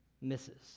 misses